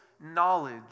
knowledge